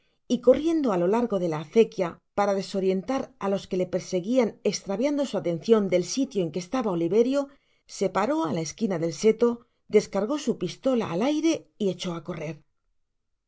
y corriendo á lo largo de la acequia para desorientar á los que le perseguian estraviando su atencion del sitio en que estaba oliverio se paró á la esquina del zeto descargó su pistola al aire y echó á correr